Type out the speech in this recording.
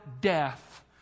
death